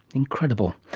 incredible.